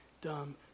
dumb